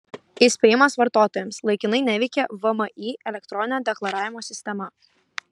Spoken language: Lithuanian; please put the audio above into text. įspėjimas vartotojams laikinai neveikia vmi elektroninio deklaravimo sistema